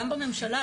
גם בממשלה,